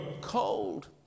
cold